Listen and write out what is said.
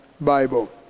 Bible